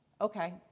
okay